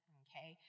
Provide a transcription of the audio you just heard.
okay